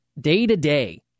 day-to-day